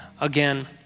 again